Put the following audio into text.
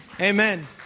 Amen